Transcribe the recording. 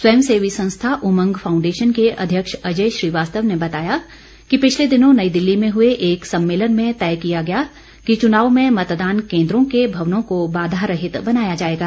स्वयं सेवी संस्था उमंग फाउंडेशन के अध्यक्ष अजय श्रीवास्तव ने बताया कि पिछले दिनों नई दिल्ली में हए एक सम्मेलन में तय किया गया कि चुनावों में मतदान केन्द्रों के भवनों को बाधा रहित बनाया जाएगा